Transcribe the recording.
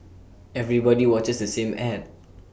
everybody watches the same Ad